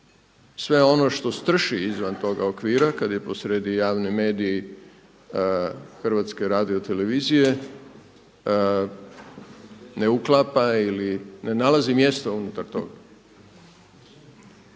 sve ono što strši izvan tog okvira kada je posrijedi javni medij HRT-a ne uklapa ili ne nalazi mjesta unutar toga.